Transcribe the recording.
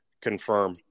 confirm